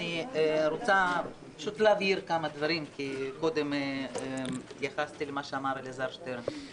אני רוצה פשוט להבהיר כמה דברים כי קודם התייחסתי למה שאמר אלעזר שטרן.